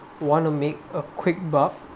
want to make a quick buck